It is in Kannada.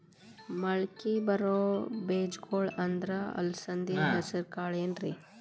ಮಳಕಿ ಬರೋ ಬೇಜಗೊಳ್ ಅಂದ್ರ ಅಲಸಂಧಿ, ಹೆಸರ್ ಕಾಳ್ ಏನ್ರಿ?